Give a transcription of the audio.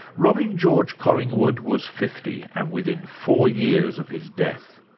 robin george collingwood was fifty, and within four years of his death.